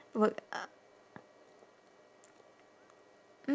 work uh